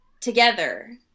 together